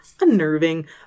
unnerving